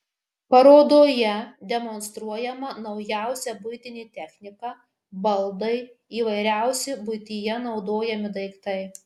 parodoje demonstruojama naujausia buitinė technika baldai įvairiausi buityje naudojami daiktai